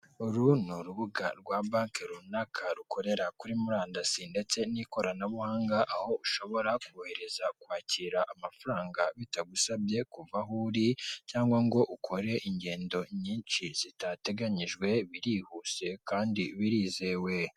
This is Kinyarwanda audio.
Uru ni urubuga rwa banki runaka rukorera kuri murandasi ndetse n'ikoranabuhanga, aho ushobora kohereza, kwakira amafaranga, bitagusabye kuva aho uri, cyangwa ngo ukore ingendo nyinshi zitateganyijwe, birihuse kandi birizewe.